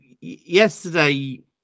yesterday